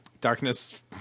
Darkness